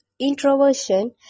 introversion